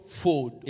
food